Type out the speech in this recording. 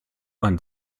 man